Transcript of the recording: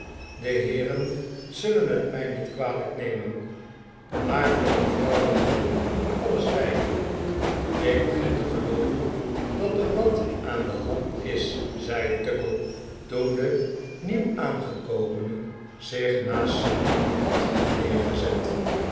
de heeren zullen het mij niet kwalijk nemen maar voor een vrouwenrok moet alles wijken ik begin te gelooven dat er wat aan de hand is zei tuckle toen de nieuwaangekomene zich naast sam had neergezet